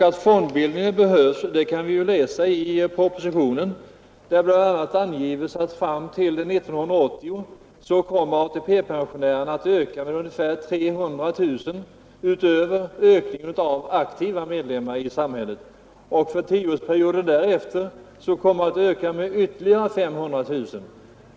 Att fondbildningen behövs kan vi läsa i propositionen, där det bl.a. anges att fram till år 1980 kommer ATP-pensionärerna att öka med 300 000 medan den yrkesverksamma befolkningen beräknas vara i stort sett oförändrad. Under den därpå följande tioårsperioden kommer ATP-pensionärerna att öka med ytterligare 500 000.